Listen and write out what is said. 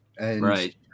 Right